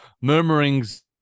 murmurings